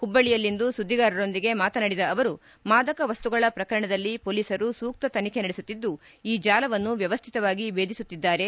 ಹುಬ್ಬಳ್ಳಿಯಲ್ಲಿಂದು ಸುದ್ದಿಗಾರರೊಂದಿಗೆ ಮಾತನಾಡಿದ ಅವರು ಮಾದಕ ವಸ್ತುಗಳ ಪ್ರಕರಣದಲ್ಲಿ ಪೋಲಿಸರು ಸೂಕ್ತ ತನಿಖೆ ನಡೆಸುತ್ತಿದ್ದು ಈ ಜಾಲವನ್ತು ವ್ಯವಸ್ಥಿತವಾಗಿ ಭೇದಿಸುತ್ತಿದ್ದಾರೆ